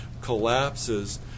collapses